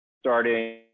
starting